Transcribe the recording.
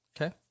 Okay